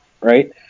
right